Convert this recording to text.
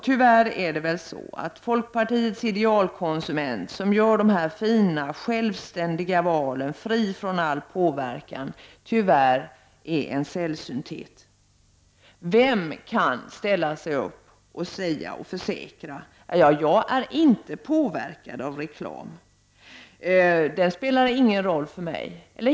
Tyvärr är folkpartiets idealkonsument som gör fina självständiga val fri från all påverkan en sällsynthet. Vem kan ställa sig upp och försäkra: ”Jag är inte påverkad av reklam. Den spelar ingen roll för mig.